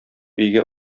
өйгә